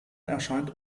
erscheint